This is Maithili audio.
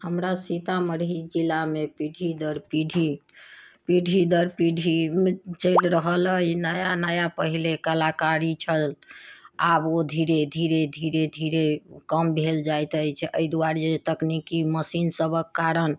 हमरा सीतामढ़ी जिलामे पीढ़ी दर पीढ़ी पीढ़ी दर पीढ़ी चलि रहल अछि नया नया पहिले कलाकारी छल आब ओ धीरे धीरे धीरे धीरे कम भेल जाइत अछि एहि दुआरे जे तकनीकी मशीन सभक कारण